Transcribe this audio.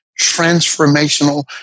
transformational